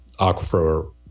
aquifer